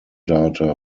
data